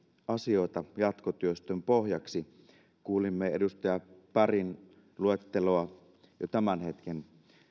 asioita jatkotyöstön pohjaksi kuulimme edustaja bergin luetteloa tämän hetken